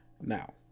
now